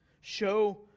Show